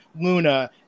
Luna